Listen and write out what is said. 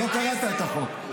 אתה לא קראת את החוק.